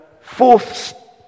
fourth